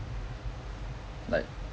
like